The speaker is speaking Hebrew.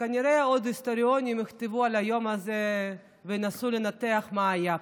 כנראה היסטוריונים עוד יכתבו על היום הזה וינסו לנתח מה היה פה.